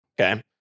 okay